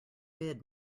bid